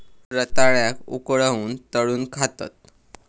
रताळ्याक उकळवून, तळून खातत